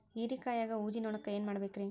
ಹೇರಿಕಾಯಾಗ ಊಜಿ ನೋಣಕ್ಕ ಏನ್ ಮಾಡಬೇಕ್ರೇ?